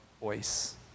voice